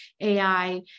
AI